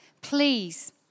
please